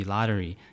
Lottery